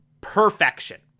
perfection